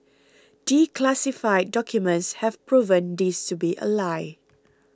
declassified documents have proven this to be a lie